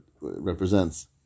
represents